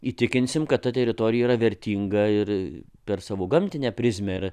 įtikinsime kad ta teritorija yra vertinga ir per savo gamtinę prizmę